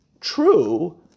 true